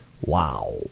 Wow